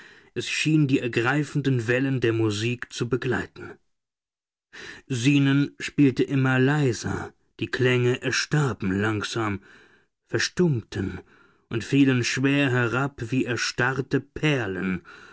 es schien die ergreifenden wellen der musik zu begleiten zenon spielte immer leiser die klänge erstarben langsam verstummten und fielen schwer herab wie erstarrte perlen